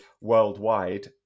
worldwide